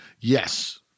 Yes